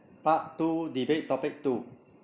part two debate topic two